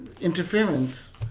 interference